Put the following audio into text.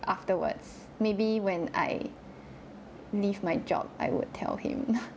afterwards maybe when I leave my job I would tell him